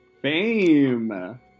fame